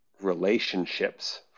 relationships